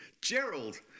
Gerald